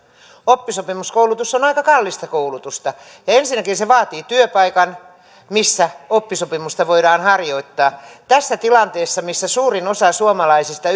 oppisopimuskoulutus on aika kallista koulutusta ensinnäkin se vaatii työpaikan missä oppisopimusta voidaan harjoittaa tässä tilanteessa missä suurin osa suomalaisista